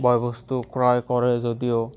বয় বস্তু ক্ৰয় কৰে যদিও